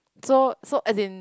so so as in